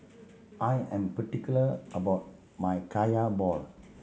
I am particular about my Kaya ball